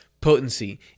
potency